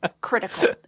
critical